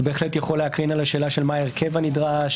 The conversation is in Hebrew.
זה בהחלט יכול להקרין על השאלה של מה ההרכב הנדרש,